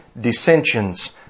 dissensions